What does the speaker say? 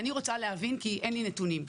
אני רוצה להבין כי אין לי נתונים.